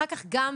אחר כך לי,